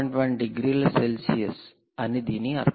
1 డిగ్రీల సెల్సియస్ అని దీని అర్థం